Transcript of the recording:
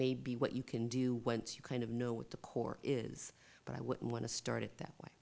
may be what you can do once you kind of know what the core is but i wouldn't want to start it that way